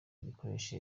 gikoresha